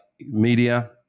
media